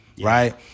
Right